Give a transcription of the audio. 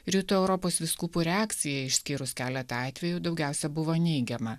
rytų europos vyskupų reakcija išskyrus keletą atvejų daugiausia buvo neigiama